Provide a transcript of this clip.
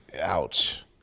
Ouch